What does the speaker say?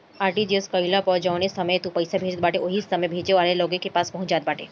RTGS कईला पअ जवने समय तू पईसा भेजत बाटअ उ ओही समय भेजे वाला के लगे पहुंच जात बाटे